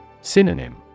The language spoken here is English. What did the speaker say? Synonym